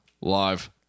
Live